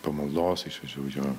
po maldos išvežiau jo